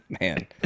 man